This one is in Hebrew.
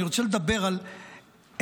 אני רוצה לתת דוגמה,